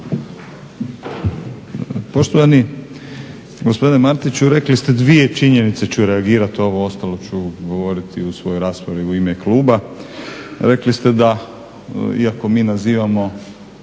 Poštovani gospodine Martiću rekli ste 2 činjenice, ću reagirat, ovo ostalo ću govoriti u svojoj raspravi u ime. Rekli ste da, iako mi nazivamo